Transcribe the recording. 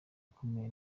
ukomeye